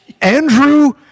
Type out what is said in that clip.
Andrew